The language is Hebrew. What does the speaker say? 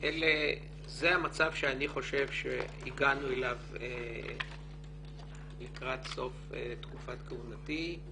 זה המצב שאני חושב שהגענו אליו לקראת סוף תקופת כהונתי.